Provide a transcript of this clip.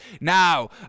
now